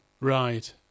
Right